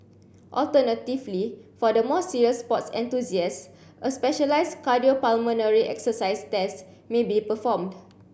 alternatively for the more serious sports enthusiasts a specialised cardiopulmonary exercise test may be performed